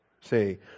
Say